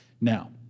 now